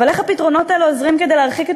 אבל איך הפתרונות האלה עוזרים להרחיק את